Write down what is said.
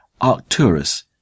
Arcturus